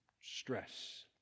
stress